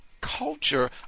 culture